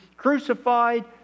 crucified